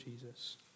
Jesus